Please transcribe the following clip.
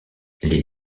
les